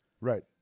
Right